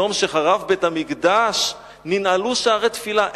מיום שחרב בית-המקדש ננעלו שערי תפילה.